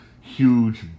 huge